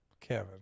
Kevin